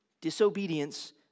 disobedience